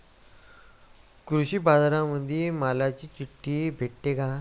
कृषीबाजारामंदी मालाची चिट्ठी भेटते काय?